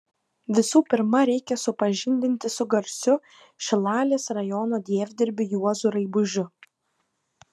visų pirma reikia supažindinti su garsiu šilalės rajono dievdirbiu juozu raibužiu